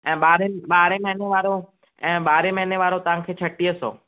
ऐं ॿारहनि ॿारहें महीने वारो ऐं ॿारहें महीने वारो तव्हांखे छटीह सौ